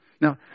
Now